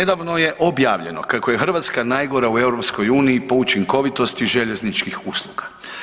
Nedavno je objavljeno kako je Hrvatska najgora u EU po učinkovitosti željezničkih usluga.